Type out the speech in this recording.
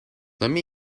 lemme